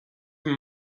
míle